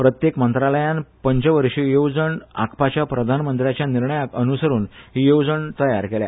दरेक मंत्रालयान पंचवशीय येवजण आंखपाच्या प्रधानमंत्र्याच्या निर्णयाक अणसरून ही येवजण तयार केल्या